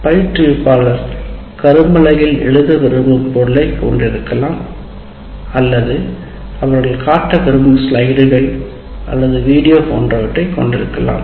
பயிற்றுவிப்பாளர் கரும்பலகையில் எழுத விரும்பும் பொருளைக் கொண்டிருக்கலாம் அல்லது அவர்கள் காட்ட விரும்பும் ஸ்லைடுகள் அல்லது வீடியோ போன்றவற்றை கொண்டிருக்கலாம்